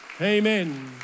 Amen